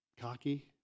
cocky